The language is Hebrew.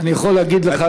אני יכול להגיד לך,